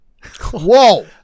Whoa